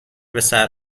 بسر